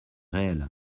réel